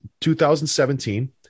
2017